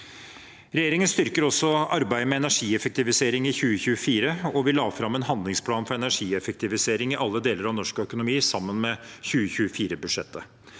Regjeringen styrker også arbeidet med energieffektivisering i 2024, og vi la fram en handlingsplan for energieffektivisering i alle deler av norsk økonomi sammen med 2024-budsjettet.